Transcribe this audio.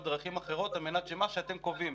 דרכים אחרות על מנת שמה שאתם קובעים,